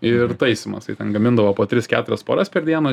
ir taisymas tai ten gamindavo po tris keturias poras per dieną